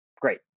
great